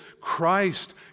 Christ